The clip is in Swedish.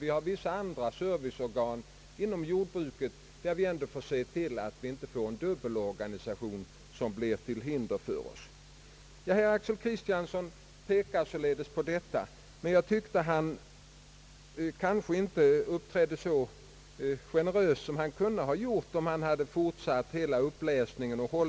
Det finns andra serviceorgan inom jordbruket, vilka inte bör utvecklas på sådant sätt att dubbelarbete blir följden. Herr Axel Kristiansson pekade på detta, men jag tycker inte att han uppträdde så generöst som han kunde ha gjort, om han fortsatt med uppläsningen.